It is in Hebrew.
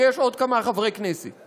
ויש עוד כמה חברי כנסת.